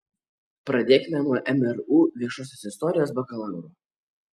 pradėkime nuo mru viešosios istorijos bakalauro